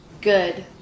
good